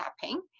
Tapping